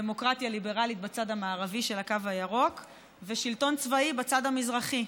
דמוקרטיה ליברלית בצד המערבי של הקו הירוק ושלטון צבאי בצד המזרחי,